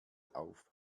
auf